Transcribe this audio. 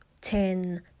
Ten